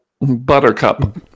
Buttercup